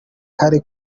kare